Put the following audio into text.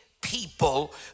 people